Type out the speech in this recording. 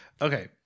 Okay